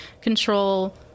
control